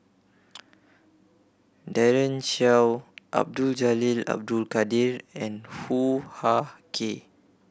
Daren Shiau Abdul Jalil Abdul Kadir and Hoo Ah Kay